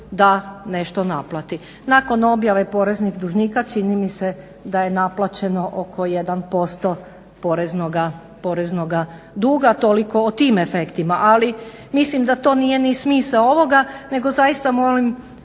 da nešto naplati. Nakon objave poreznih dužnika čini mi se da je naplaćeno oko 1% poreznoga duga. Toliko o tim efektima. Ali mislim da to nije ni smisao ovoga nego zaista molim